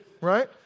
right